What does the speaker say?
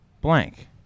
blank